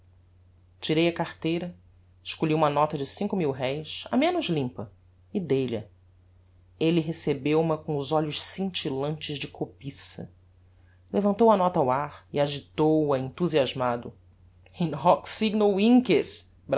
tirei a carteira escolhi uma nota de cinco mil réis a menos limpa e dei lha elle recebeu ma com os olhos scintillantes de cobiça levantou a nota ao ar e agitou a enthusiasmado in hoc signo